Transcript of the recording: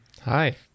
Hi